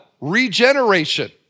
Regeneration